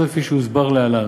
כפי שיוסבר להלן: